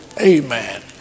amen